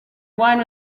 wine